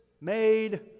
made